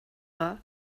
war